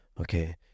Okay